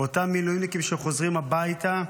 ואותם מילואימניקים שחוזרים הביתה,